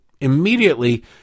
immediately